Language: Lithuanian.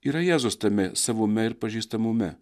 yra jėzus tame savume ir pažįstamume